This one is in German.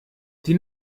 die